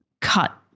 cut